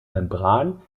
membran